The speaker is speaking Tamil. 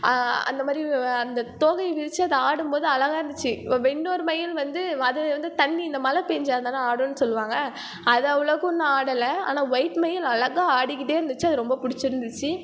அந்த மாதிரி அந்த தோகை விரிச்சு அது ஆடும் போது அழகாக இருந்துச்சு இன்னோரு மயில் வந்து அது வந்து தண்ணி இந்த மழை பெஞ்சா தான் ஆடும்னு சொல்வாங்க அது அவளோக்கு ஒன்றும் ஆடலை ஆனால் ஒயிட் மயில் அழகாக ஆடிக்கிட்டே இருந்துச்சு அது ரொம்ப பிடிச்சு இருந்துச்சு